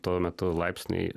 tuo metu laipsniai